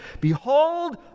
Behold